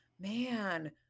Man